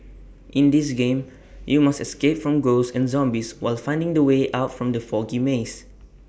in this game you must escape from ghosts and zombies while finding the way out from the foggy maze